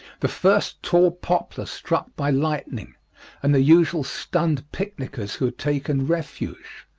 the first tall poplar struck by lightning and the usual stunned picknickers who had taken refuge,